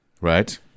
right